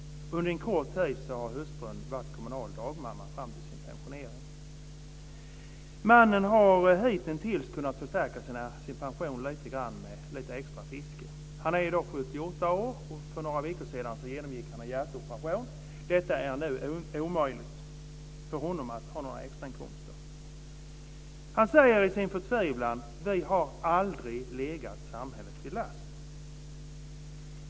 Under en kort tid har hustrun varit kommunal dagmamma fram till sin pensionering. Mannen har hitintills kunnat förstärka sin pension lite grann med lite extra fiske. Han är i dag alltså 78 år, och för några veckor sedan genomgick han en hjärtoperation. Det är nu omöjligt för honom att få några extrainkomster. Han säger i sin förtvivlan: Vi har aldrig legat samhället till last.